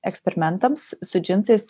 eksperimentams su džinsais